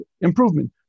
improvement